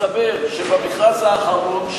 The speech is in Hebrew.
מסתבר שבמכרז האחרון,